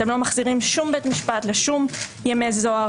אתם לא מחזירים שום בית משפט לשום ימי זוהר.